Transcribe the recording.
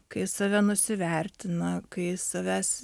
kai save nusivertina kai savęs